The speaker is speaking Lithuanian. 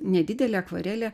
nedidelė akvarelė